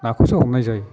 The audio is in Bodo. नाखौसो हमनाय जायो